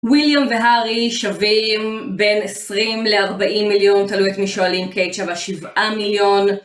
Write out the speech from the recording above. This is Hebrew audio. מיכאל בסין הוא ילד זין